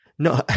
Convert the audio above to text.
No